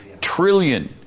trillion